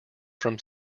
from